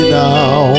now